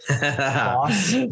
boss